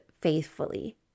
faithfully